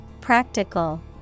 Practical